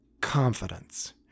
confidence